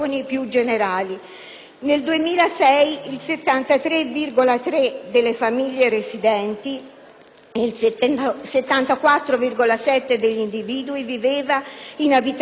Nel 2006 il 73,3 per cento delle famiglie residenti e il 74,7 per cento degli individui viveva in abitazioni di proprietà.